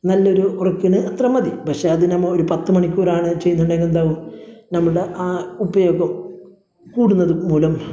നല്ലൊരു ഉറക്കത്തിന് അത്ര മതി പക്ഷേ അത് നമ്മൾ ഒരു പത്ത് മണിക്കൂറാണ് ചെയ്യുന്നുണ്ടെങ്കിലെന്താവും നമ്മുടെ ആ ഉപയോഗം കൂടുന്നത് മൂലം